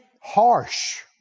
harsh